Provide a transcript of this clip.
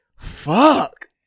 fuck